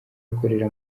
akorera